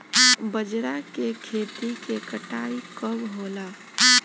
बजरा के खेती के कटाई कब होला?